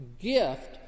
gift